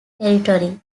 territory